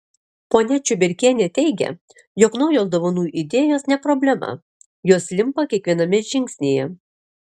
ponia čiuberkienė teigia jog naujos dovanų idėjos ne problema jos limpa kiekviename žingsnyje